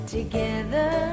Together